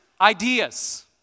ideas